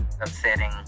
Upsetting